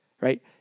right